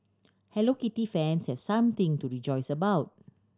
Hello Kitty fans have something to rejoice about